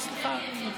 סליחה.